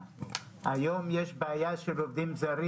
היום יש בעיה של עובדים זרים.